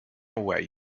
way